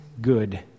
good